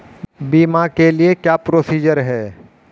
बीमा के लिए क्या क्या प्रोसीजर है?